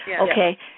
okay